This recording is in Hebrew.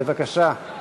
עברה בקריאה ראשונה